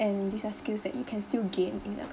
and these are skills that you can still gain in a